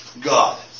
God